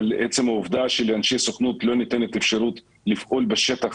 אבל עצם העובדה שלאנשי הסוכנות לא ניתנת אפשרות לפעול בשטח